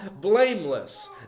blameless